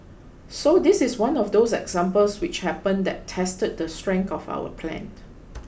so this is one of those examples which happen that tested the strength of our plan